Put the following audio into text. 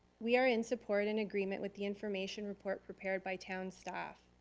we are in support and agreement with the information report prepared by town staff.